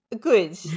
good